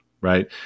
right